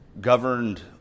governed